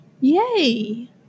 Yay